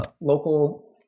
local